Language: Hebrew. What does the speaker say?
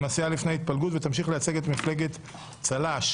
הסיעה לפני ההתפלגות ותמשיך לייצג את מפלגת צל"ש